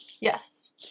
yes